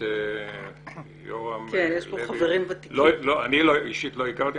את יום לא הכרתי אישית.